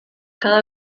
cada